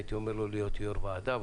הייתי אומר לו להיות יו"ר ועדה.